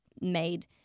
made